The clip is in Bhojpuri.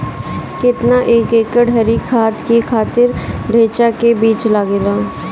केतना एक एकड़ हरी खाद के खातिर ढैचा के बीज लागेला?